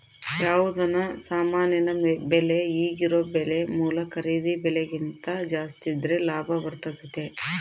ಯಾವುದನ ಸಾಮಾನಿನ ಬೆಲೆ ಈಗಿರೊ ಬೆಲೆ ಮೂಲ ಖರೀದಿ ಬೆಲೆಕಿಂತ ಜಾಸ್ತಿದ್ರೆ ಲಾಭ ಬರ್ತತತೆ